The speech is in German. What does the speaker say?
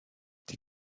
die